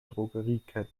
drogerieketten